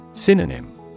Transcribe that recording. Synonym